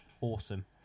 Awesome